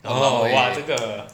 !whoa! 哇这个